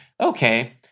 okay